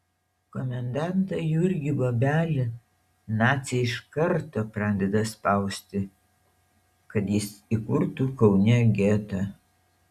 komendantą jurgį bobelį naciai iš karto pradeda spausti kad jis įkurtų kaune getą